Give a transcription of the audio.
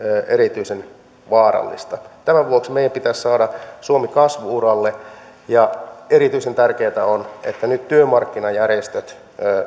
erityisen vaarallista tämän vuoksi meidän pitäisi saada suomi kasvu uralle ja erityisen tärkeää on että nyt työmarkkinajärjestöt